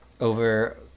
over